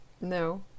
No